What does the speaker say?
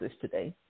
today